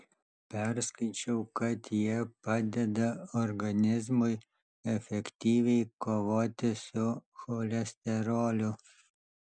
perskaičiau kad jie padeda organizmui efektyviai kovoti su cholesteroliu